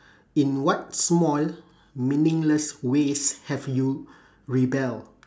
in what small meaningless ways have you rebelled